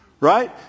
Right